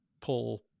pull